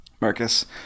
Marcus